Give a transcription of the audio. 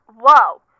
whoa